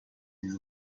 his